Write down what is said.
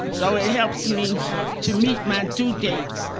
so, it helps me to meet my due dates,